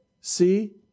see